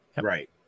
Right